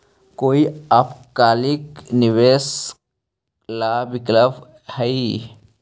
कोई अल्पकालिक निवेश ला विकल्प हई?